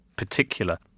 Particular